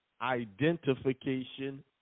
identification